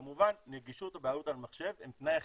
כמובן נגישות ובעלות על מחשב הם תנאי הכרחי,